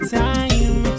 time